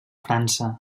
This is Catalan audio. frança